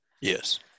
yes